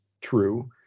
true